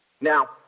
Now